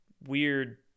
weird